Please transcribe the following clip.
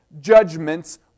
judgments